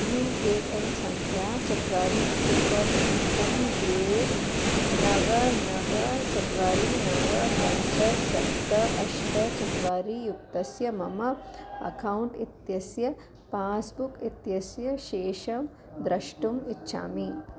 you A N सङ्ख्या चत्वारि एकम् एकं द्वे नव नव चत्वारि नव पञ्च सप्त अष्ट चत्वारि युक्तस्य मम अकौण्ट् इत्यस्य पास्बुक् इत्यस्य शेषं द्रष्टुम् इच्छामि